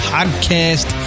Podcast